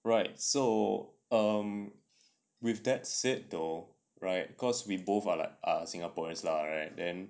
right so um with that said though right cause we both are like are singaporeans lah right then